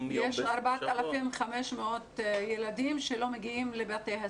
יש 4,500 ילדים שלא מגיעים לבתי הספר,